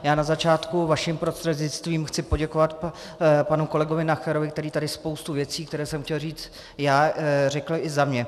Já na začátku vaším prostřednictvím chci poděkovat panu kolegovi Nacherovi, který tady spoustu věcí, které jsem chtěl říct já, řekl i za mě.